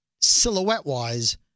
silhouette-wise